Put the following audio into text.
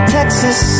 Texas